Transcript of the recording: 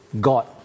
God